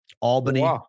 Albany